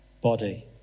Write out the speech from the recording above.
body